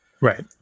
Right